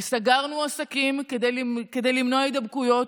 וסגרנו עסקים כדי למנוע הידבקויות,